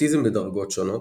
אוטיזם בדרגות שונות,